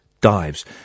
dives